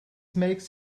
makes